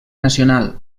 nacional